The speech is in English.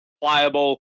pliable